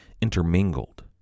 intermingled